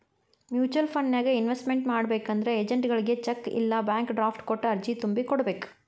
mutual ಫಂಡನ್ಯಾಗ invest ಮಾಡ್ಬೇಕಂದ್ರ ಏಜೆಂಟ್ಗಳಗಿ ಚೆಕ್ ಇಲ್ಲಾ ಬ್ಯಾಂಕ್ ಡ್ರಾಫ್ಟ್ ಕೊಟ್ಟ ಅರ್ಜಿ ತುಂಬಿ ಕೋಡ್ಬೇಕ್